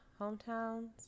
Hometowns